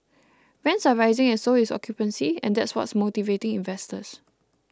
rents are rising and so is occupancy and that's what's motivating investors